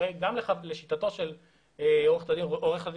הרי גם לשיטתו של עורך הדין רוזנר,